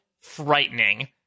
frightening